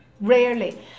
rarely